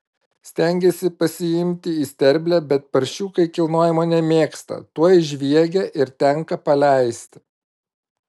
stengiasi pasiimti į sterblę bet paršiukai kilnojimo nemėgsta tuoj žviegia ir tenka paleisti